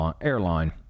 airline